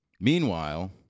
Meanwhile